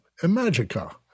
Imagica